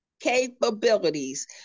capabilities